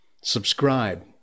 subscribe